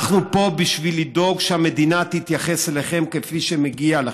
אנחנו פה בשביל לדאוג שהמדינה תתייחס אליכם כפי שמגיע לכם,